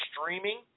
streaming